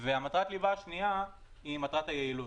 והשנייה היא מטרת היעילות.